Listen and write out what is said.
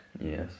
Yes